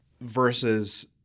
versus